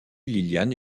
liliane